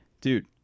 dude